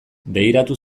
begiratu